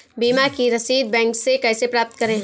बीमा की रसीद बैंक से कैसे प्राप्त करें?